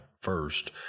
first